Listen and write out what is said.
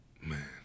man